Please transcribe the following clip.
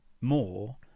more